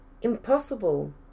Impossible